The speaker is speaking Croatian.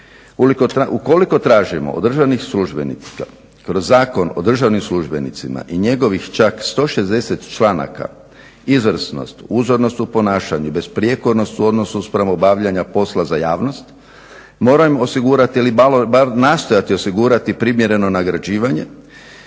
Ukoliko tražimo od državnih službenika kroz Zakon o državnim službenicima i njegovih čak 160 članaka izvrsnost, uzornost u ponašanju, besprijekornost u odnosu spram obavljanja posla za javnost, moramo osigurati ili bar nastojati osigurati primjereno nagrađivanje